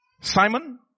Simon